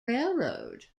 railroad